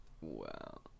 Wow